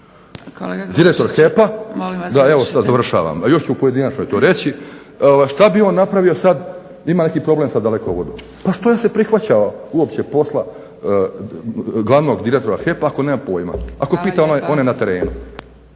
Da, evo sad završavam a još ću u pojedinačnoj to reći šta bi on napravio sad ima neki problem sa Dalekovodom. Pa što je se prihvaćao uopće posla glavnog direktora HEP-a ako nema pojma, ako pita one na terenu?